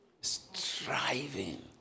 striving